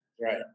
Right